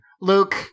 Luke